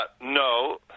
No